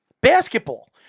basketball